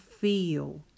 feel